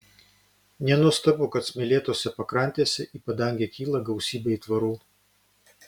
nenuostabu kad smėlėtose pakrantėse į padangę kyla gausybė aitvarų